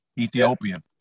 Ethiopian